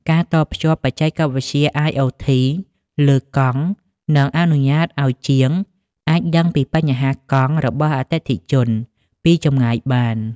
ការតភ្ជាប់បច្ចេកវិទ្យា IoT លើកង់ នឹងអនុញ្ញាតឱ្យជាងអាចដឹងពីបញ្ហាកង់របស់អតិថិជនពីចម្ងាយបាន។